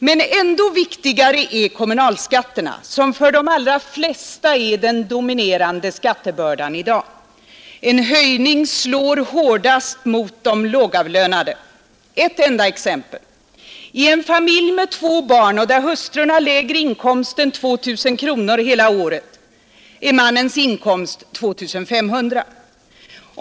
Men ändå viktigare är kommunalskatterna, som för de allra flesta är den dominerande skattebördan i dag. En höjning slår hårdast mot de lågavlönade. Jag vill ge ett enda exempel. I en familj med två barn, där hustrun har lägre inkomst än 2 000 kronor hela året, är mannens inkomst 2500 kronor per månad.